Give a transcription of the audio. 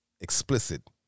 explicit